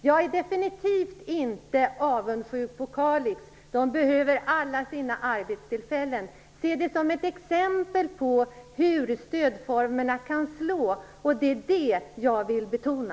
Jag är definitivt inte avundsjuk på Kalix. Där behöver man alla arbetstillfällen man kan få. Se det som ett exempel på hur stödformerna kan slå! Det är det som jag vill betona.